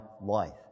life